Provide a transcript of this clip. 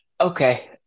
Okay